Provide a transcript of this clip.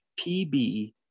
pb